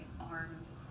arms